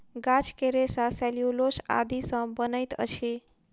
गाछ के रेशा सेल्यूलोस आदि सॅ बनैत अछि